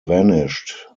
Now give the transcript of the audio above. vanished